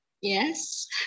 yes